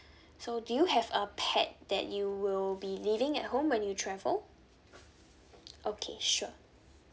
so do you have a pet that you will be leaving at home when you travel okay sure